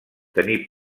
tenir